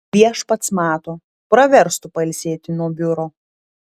viešpats mato praverstų pailsėti nuo biuro